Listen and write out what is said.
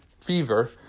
fever